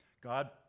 God